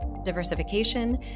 diversification